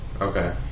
okay